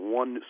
one